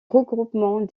regroupement